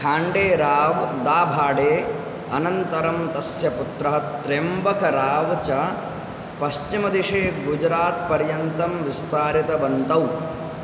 खाण्डे राव् दाभाडे अनन्तरं तस्य पुत्रः त्रेम्बकराव् च पश्चिमदिशी गुजरात् पर्यन्तं विस्तारितवन्तौ